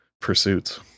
pursuits